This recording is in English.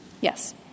Yes